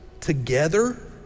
together